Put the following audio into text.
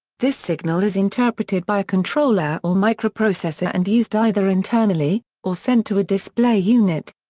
this signal is interpreted by a controller or microprocessor and used either internally, or sent to a display unit.